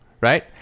Right